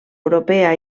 europea